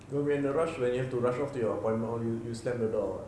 when we are in a rush when you have to rush to your appointment all you you slam the door [what]